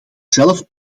zelf